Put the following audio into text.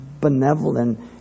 benevolent